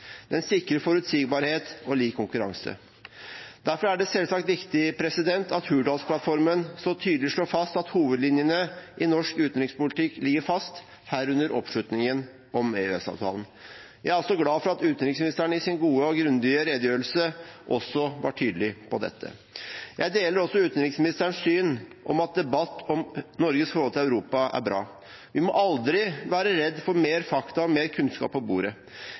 Den sikrer forutsigbarhet og lik konkurranse. Derfor er det selvsagt viktig at Hurdalsplattformen så tydelig slår fast at hovedlinjene i norsk utenrikspolitikk ligger fast, herunder oppslutningen om EØS-avtalen. Jeg er glad for at utenriksministeren i sin gode og grundige redegjørelse også var tydelig på dette. Jeg deler også utenriksministerens syn om at debatt om Norges forhold til Europa er bra. Vi må aldri være redd for å få mer fakta og mer kunnskap på bordet.